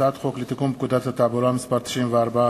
הצעת חוק לתיקון פקודת התעבורה (מס' 94),